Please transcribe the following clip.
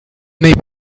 may